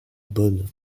bonn